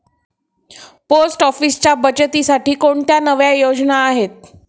Post ऑफिसच्या बचतीसाठी कोणत्या नव्या योजना आहेत?